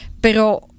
Pero